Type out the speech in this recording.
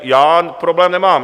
Já problém nemám.